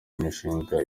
imishinga